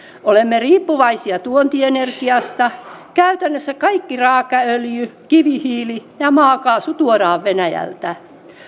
olemme riippuvaisia tuontienergiasta käytännössä kaikki raakaöljy kivihiili ja maakaasu tuodaan venäjältä